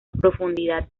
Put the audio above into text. profundidad